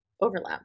overlap